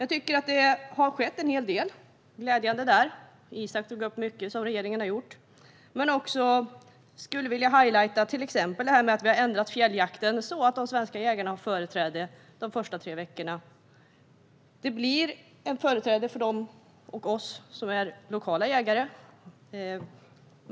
Det har skett en del glädjande där. Isak tog upp mycket som regeringen har gjort. Jag skulle också vilja highlighta till exempel detta att vi har ändrat fjälljakten så att de svenska jägarna har företräde de första tre veckorna. Det blir företräde för oss som är lokala jägare.